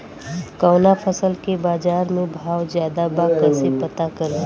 कवना फसल के बाजार में भाव ज्यादा बा कैसे पता करि?